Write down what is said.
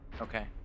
Okay